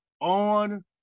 on